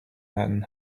man